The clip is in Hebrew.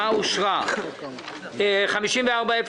הצבעה בעד,